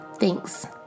Thanks